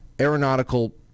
aeronautical